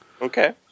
Okay